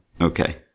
Okay